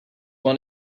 one